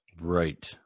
right